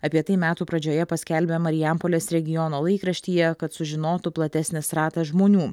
apie tai metų pradžioje paskelbė marijampolės regiono laikraštyje kad sužinotų platesnis ratas žmonių